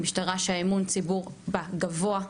משטרה שאמון הציבור בה גבוה,